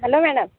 hello madam